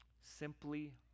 Simply